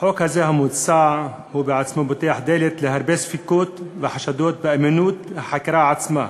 החוק המוצע הוא בעצמו פותח דלת להרבה ספקות וחשדות באמינות החקירה עצמה.